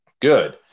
good